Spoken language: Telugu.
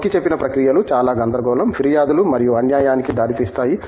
నొక్కిచెప్పిన ప్రక్రియలు చాలా గందరగోళం ఫిర్యాదులు మరియు అన్యాయానికి దారితీస్తాయి